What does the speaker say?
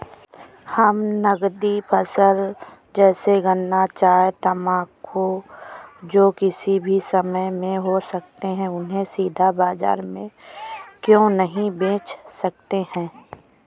हम नगदी फसल जैसे गन्ना चाय तंबाकू जो किसी भी समय में हो सकते हैं उन्हें सीधा बाजार में क्यो नहीं बेच सकते हैं?